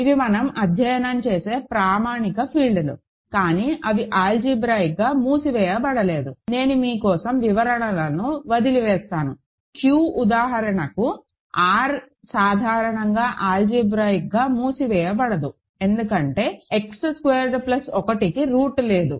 ఇవి మనం అధ్యయనం చేసే ప్రామాణిక ఫీల్డ్లు కానీ అవి ఆల్జీబ్రాయిక్ గా మూసివేయబడలేదు నేను మీ కోసం వివరణలను వదిలివేస్తాను Q ఉదాహరణకు R సాధారణంగా ఆల్జీబ్రాయిక్ గా మూసివేయబడదు ఎందుకంటే X స్క్వేర్డ్ ప్లస్ 1కి రూట్ లేదు